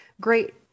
great